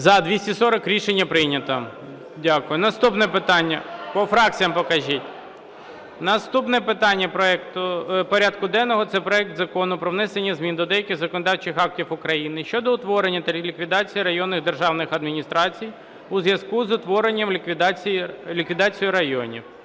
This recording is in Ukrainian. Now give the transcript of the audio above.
За-240 Рішення прийнято. Дякую. По фракціях покажіть. Наступне питання порядку денного – це проект Закону про внесення змін до деяких законодавчих актів України щодо утворення та ліквідації районних державних адміністрацій у зв'язку з утворенням (ліквідацією) районів